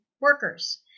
workers